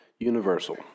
Universal